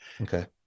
okay